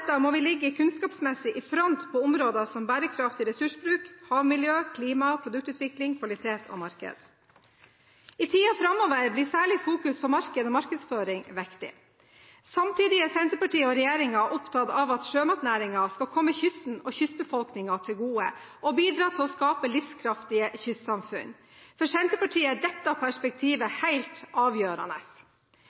dette må vi ligge kunnskapsmessig i front på områder som bærekraftig ressursbruk, havmiljø, klima, produktutvikling, kvalitet og marked. I tiden framover blir særlig fokus på marked og markedsføring viktig. Samtidig er Senterpartiet og regjeringen opptatt av at sjømatnæringen skal komme kysten og kystbefolkningen til gode og bidra til å skape livskraftige kystsamfunn. For Senterpartiet er dette perspektivet helt avgjørende.